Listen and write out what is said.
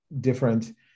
different